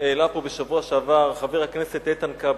שהעלה פה בשבוע שעבר חבר הכנסת איתן כבל.